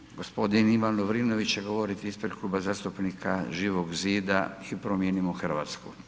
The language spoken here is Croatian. Hvala. g. Ivan Lovrinović će govoriti ispred Kluba zastupnika Živog zida i Promijenimo Hrvatsku.